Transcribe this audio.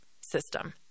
system